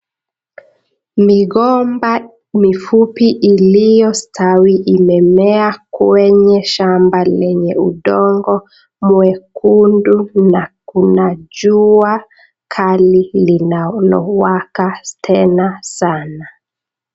Migomba mifupi iliyo stawi imemea kwenye shamba lenye udongo mwekundu na kuna jua kali linawaka tena sanaa.